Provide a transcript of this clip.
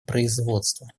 производства